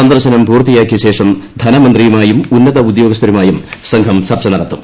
സന്ദർശനം പൂർത്തിയാക്കിയ ശേഷം ധനമന്ത്രിയുമായും ഉന്നത ഉദ്യോഗസ്ഥരുമായും സംഘം ചർച്ച നടത്തും